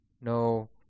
No